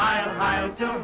i don't